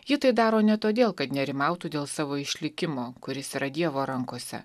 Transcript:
ji tai daro ne todėl kad nerimautų dėl savo išlikimo kuris yra dievo rankose